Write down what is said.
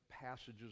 passages